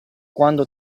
quando